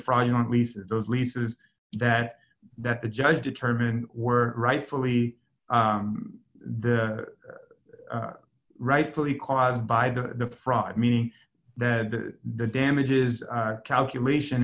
fraudulent leases those leases that that the judge determined were rightfully the rightfully caused by the fraud meaning that the damages calculation